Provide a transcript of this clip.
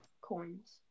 Coins